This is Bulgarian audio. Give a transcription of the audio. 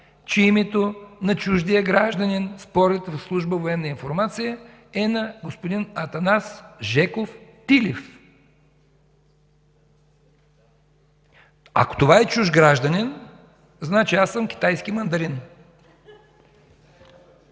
че името на чуждия гражданин според служба „Военна информация” е Атанас Жеков Тилев. Ако това е чужд гражданин, значи аз съм китайски мандарин!